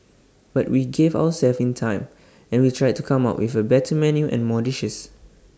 but we gave ourselves time and we tried to come up with A better menu and more dishes